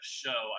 show